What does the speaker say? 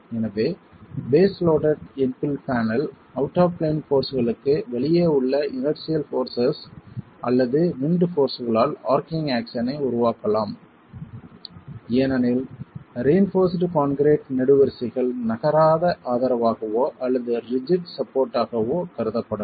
எனவே face loaded infill panel out of plane போர்ஸ்களுக்கு வெளியே உள்ள இனர்சியல் போர்ஸஸஸ் அல்லது விண்ட் போர்ஸ்களால் ஆர்ச்சிங் ஆக்சன்யை உருவாக்கலாம் ஏனெனில் ரியின்போர்ஸ்ட் கான்கிரீட் நெடுவரிசைகள் நகராத ஆதரவாகவோ அல்லது ரிஜிட் சப்போர்ட்கவோ கருதப்படலாம்